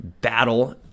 battle